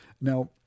Now